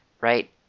right